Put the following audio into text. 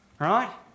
Right